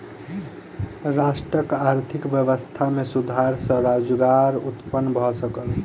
राष्ट्रक आर्थिक व्यवस्था में सुधार सॅ रोजगार उत्पन्न भ सकल